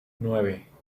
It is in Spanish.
nueve